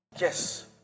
Yes